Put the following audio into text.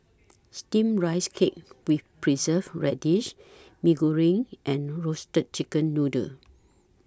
Steamed Rice Cake with Preserved Radish Mee Goreng and Roasted Chicken Noodle